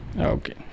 okay